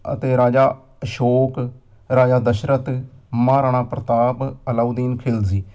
ਅਤੇ ਰਾਜਾ ਅਸ਼ੋਕ ਰਾਜਾ ਦਸ਼ਰਥ ਮਹਾਰਾਣਾ ਪ੍ਰਤਾਪ ਅਲਾਉਦੀਨ ਖਿਲਜ਼ੀ